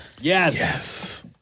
Yes